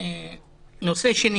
נושא שני